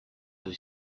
эту